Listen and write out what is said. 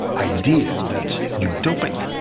idea that's utopic.